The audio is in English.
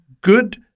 good